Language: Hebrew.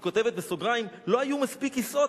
היא כותבת בסוגריים: "לא היו מספיק כיסאות,